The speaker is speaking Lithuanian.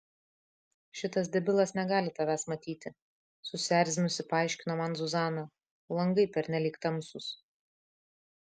šitas debilas negali tavęs matyti susierzinusi paaiškino man zuzana langai pernelyg tamsūs